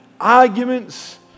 arguments